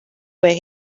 where